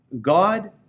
God